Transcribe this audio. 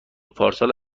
پارسال